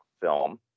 film